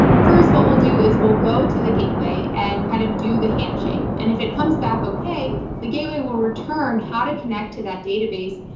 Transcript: first, what we'll do is we'll go to the gateway and kind of do the handshake. and if it comes back okay, the gateway will return how to connect to that database.